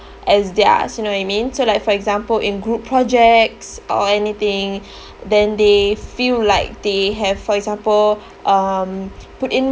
as theirs you know what I mean so like for example in group projects or anything then they feel like they have for example um put in